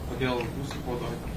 kodėl jūs spaudoj